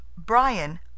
Brian